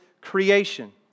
creation